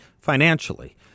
financially